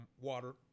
water